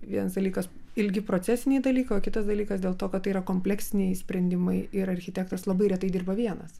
vienas dalykas ilgi procesiniai dalykai o kitas dalykas dėl to kad tai yra kompleksiniai sprendimai ir architektas labai retai dirba vienas